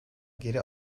geri